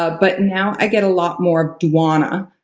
ah but now i get a lot more dwar-na.